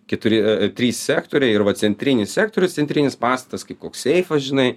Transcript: keturi trys sektoriai ir va centrinis sektorius centrinis pastatas kaip koks seifas žinai